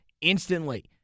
instantly